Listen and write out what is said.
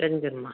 செஞ்சுருங்கம்மா